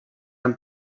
amb